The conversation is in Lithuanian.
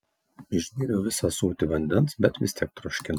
išgėriau visą ąsotį vandens bet vis tiek troškino